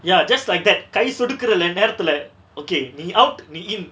ya just like that கை சொடுக்குற நேரத்துல:kai sodukura nerathula okay me out me in